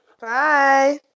Bye